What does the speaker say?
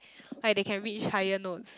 like they can reach higher notes